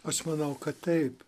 aš manau kad taip